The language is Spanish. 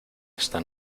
esta